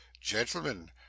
gentlemen